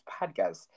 podcast